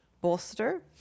bolster